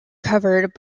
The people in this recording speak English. covered